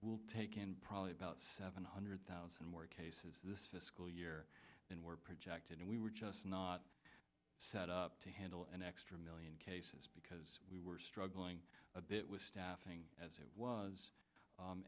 will take in probably about seven hundred thousand more cases this fiscal year and were projected and we were just not set up to handle an extra million cases because we were struggling a bit with staffing as it was